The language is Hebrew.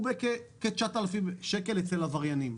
הוא כ-9,000 שקל אצל עבריינים.